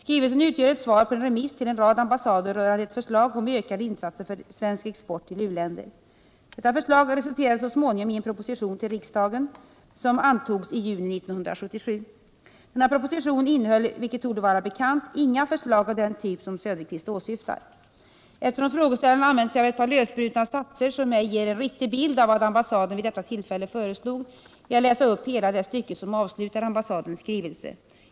Skrivelsen utgör ett svar på en remiss till en rad ambassader rörande ett förslag om ökade insatser för svensk export till uländer. Detta förslag resulterade så småningom i en proposition till riksdagen som antogs i juni 1977. Denna proposition innehöll, vilket torde vara bekant, inga förslag av den typ som Oswald Söderqvist åsyftar. Eftersom frågeställaren använt sig av ett par lösbrutna satser, som ej ger en riktig bild av vad ambassaden vid detta tillfälle föreslog, vill jag läsa upp hela det stycke som avslutar ambassadens skrivelse.